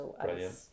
Brilliant